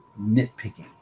nitpicking